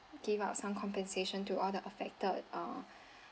give out some compensation to all the affected uh